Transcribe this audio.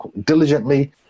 diligently